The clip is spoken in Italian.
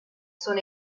sono